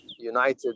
united